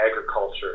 Agriculture